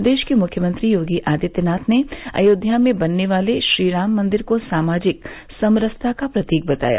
प्रदेश के मुख्यमंत्री योगी आदित्यनाथ ने अयोध्या में बनने वाले श्रीराम मंदिर को सामाजिक समरसता का प्रतीक बताया